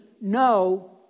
no